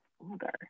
older